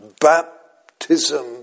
Baptism